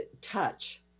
touch